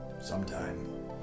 Sometime